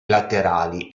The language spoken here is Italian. laterali